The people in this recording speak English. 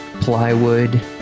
plywood